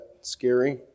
scary